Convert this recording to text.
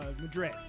Madrid